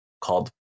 called